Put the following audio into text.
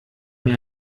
mir